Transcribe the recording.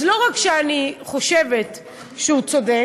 אז לא רק שאני חושבת שהוא צודק,